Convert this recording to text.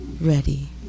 ready